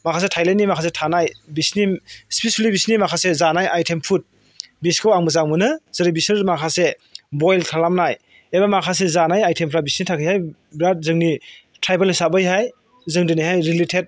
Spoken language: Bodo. माखासे थायलेन्डनि माखासे थानाय बिसोरनि स्पिसियेलि बिसोरनि माखासे जानाय आयथेम फुड बेफोरखौ आं मोजां मोनो जेरै बिसोर माखासे बयल खालामनाय एबा माखासे जानाय आयथेमफ्रा बिसोरनि थाखायहाय बिराद जोंनि ट्रायबेल हिसाबैहाय जों दिनैहाय रिलेटेड